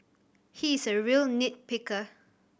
he is a real nit picker